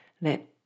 let